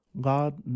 God